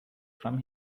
from